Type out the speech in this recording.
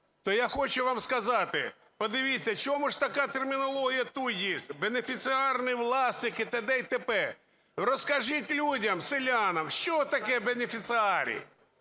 То я хочу вам сказати, подивіться, чому така термінологія тут є: бенефіціарні власники і т.д, і т.п. Розкажіть людям, селянам, що таке бенефіціари?